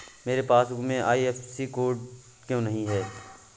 मेरे पासबुक में IFSC code क्यो नहीं है?